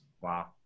wow